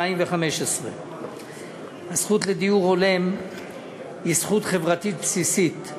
התשע"ה 2015. הזכות לדיור הולם היא זכות חברתית בסיסית.